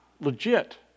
legit